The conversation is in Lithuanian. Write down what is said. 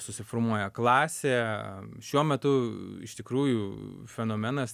susiformuoja klasė šiuo metu iš tikrųjų fenomenas